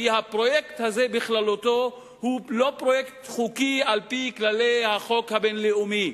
כי הפרויקט הזה בכללותו הוא לא פרויקט חוקי על-פי כללי החוק הבין-לאומי.